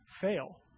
fail